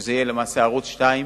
שזה יהיה למעשה ערוץ-2,